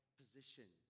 position